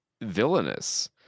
villainous